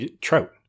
Trout